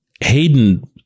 Hayden